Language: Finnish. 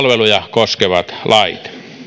koskevat lait